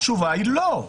התשובה היא לא.